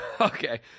okay